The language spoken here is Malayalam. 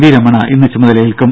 വി രമണ ഇന്ന് ചുമതലയേൽക്കും